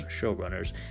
showrunners